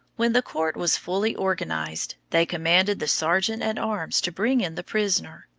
when the court was fully organized, they commanded the sergeant-at-arms to bring in the prisoner.